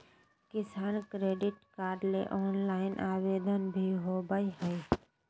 किसान credit card ले online आवेदन भी होबय हय